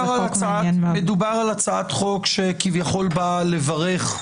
הצעת חוק שכביכול באה לברך,